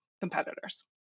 competitors